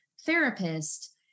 Therapist